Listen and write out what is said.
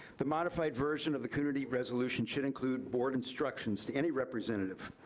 the modified version of the coonerty resolution should include board instructions to any representative,